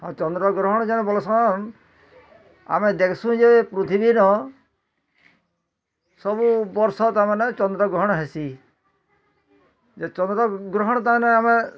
ଆର୍ ଚନ୍ଦ୍ର ଗ୍ରହଣ ଯେନ୍ ବଲ୍ସନ୍ ଆମେ ଦେଖ୍ସୁଁ ଯେ ପୃଥିବୀର ସବୁ ବର୍ଷ ତା ମାନେ ଚନ୍ଦ୍ର ଗ୍ରହଣ ହେସି ଯେ ଚନ୍ଦ୍ର ଗ୍ରହଣ ତା ମାନେ ଆମେ